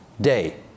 day